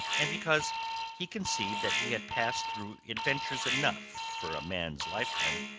and because he conceived that he had passed through adventures enough for a man's lifetime,